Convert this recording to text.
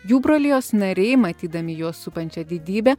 jų brolijos nariai matydami juos supančią didybę